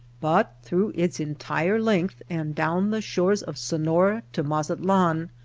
but through its entire length and down the shores of sonora to mazatlan,